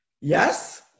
Yes